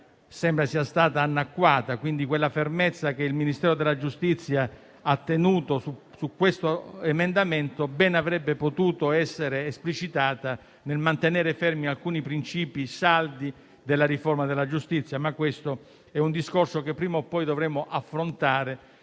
sembra sia stata annacquata. Quindi, quella fermezza che il Ministero della giustizia ha tenuto su questo emendamento, ben avrebbe potuto essere esplicitata nel mantenere fermi e saldi alcuni principi della riforma della giustizia, ma questo è un discorso che prima o poi dovremmo affrontare.